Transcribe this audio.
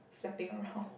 flapping around